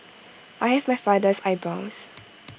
I have my father's eyebrows